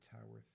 Tower